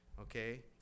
okay